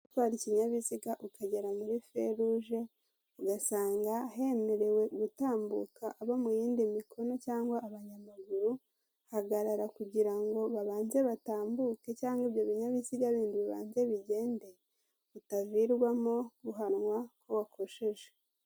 Gutwara ikinyabiziga ukagera muri feruje, ugasanga hemerewe gutambuka abo mu yindi mikono cyangwa abanyamaguru hagarara kugira ngo babanze batambuke cyangwa ibyo binyabiziga bindi bibanze bigende bitavirwamo guhanwa ko wakoje.